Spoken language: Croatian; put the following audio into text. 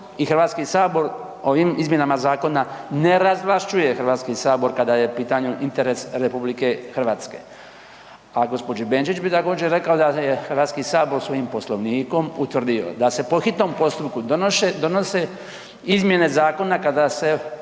zakon i HS ovim izmjenama zakona ne razvlašćuje HS kada je u pitanju interes RH. A gospođi Benčić bi također rekao da je HS svojim Poslovnikom utvrdio da se po hitnom postupku donose izmjene zakona kada se